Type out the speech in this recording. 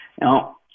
Now